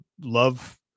Love